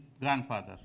grandfather